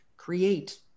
Create